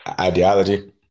Ideology